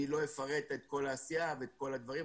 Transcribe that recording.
אני לא אפרט את כל העשייה ואת כל הדברים,